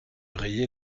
rayer